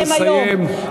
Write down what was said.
נא לסיים.